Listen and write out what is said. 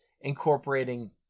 incorporating